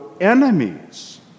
enemies